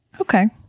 Okay